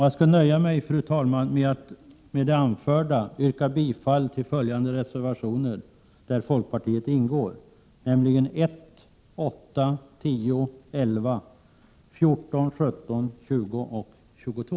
Jag vill med det anförda, fru talman, yrka bifall till följande reservationer som folkpartiet skrivit under, nämligen 1,8, 10, 11, 14, 17, 20 och 22.